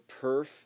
Perf